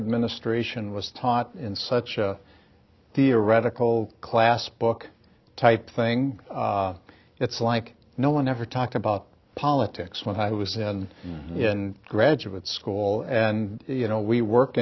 administration was thought in such a theoretical class book type thing it's like no one ever talked about politics when i was in in graduate school and you know we work